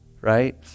right